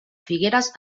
figueres